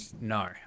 no